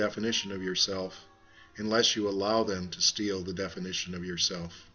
definition of yourself unless you allow them to steal the definition of yourself